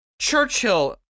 Churchill